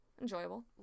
enjoyable